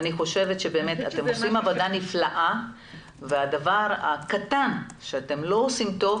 אני חושבת שאתם באמת עושים עבודה נפלאה והדבר הקטן שאתם לא עושים טוב,